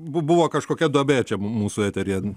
b buvo kažkokia duobė čia mm mūsų eteryje